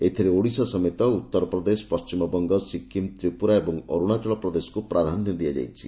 ଏଥିରେ ଓଡ଼ିଶା ସମେତ ଉତ୍ତରପ୍ରଦେଶ ପଣ୍ଟିମବଙଙ୍ଗ ସିକିମ୍ ତ୍ରିପୁରା ଏବଂ ଅରୁଶାଚଳ ପ୍ରଦେଶକୁ ପ୍ରାଧାନ୍ୟ ଦିଆଯାଇଛି